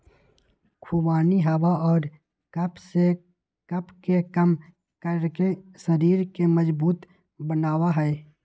खुबानी हवा और कफ के कम करके शरीर के मजबूत बनवा हई